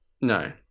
No